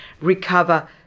recover